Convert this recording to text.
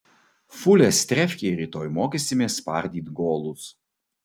fulės trefkėj rytoj mokysimės spardyt golus